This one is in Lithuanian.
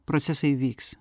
procesai vyks